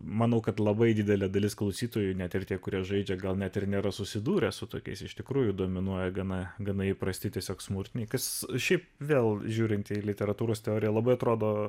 manau kad labai didelė dalis klausytojų net ir tie kurie žaidžia gal net ir nėra susidūrę su tokiais iš tikrųjų dominuoja gana gana įprasti tiesiog smurtininkas ši vėl žiūrinti į literatūros teorija labai atrodo